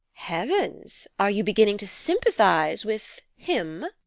heavens! are you beginning to sympathise with him?